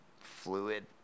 fluid